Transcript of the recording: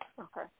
Okay